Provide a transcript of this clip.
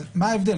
מה ההבדל?